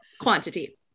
quantity